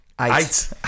Eight